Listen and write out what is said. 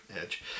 Edge